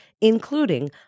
including